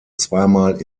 zweimal